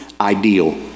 ideal